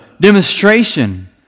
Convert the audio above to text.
demonstration